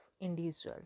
individuals